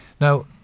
Now